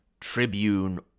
Tribune